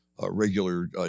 regular